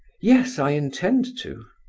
yes, i intend to.